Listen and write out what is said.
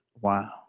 Wow